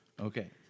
Okay